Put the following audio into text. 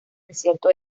desierto